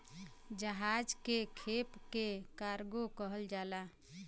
जहाज के खेप के कार्गो कहल जाला